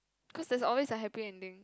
cause there's always a happy ending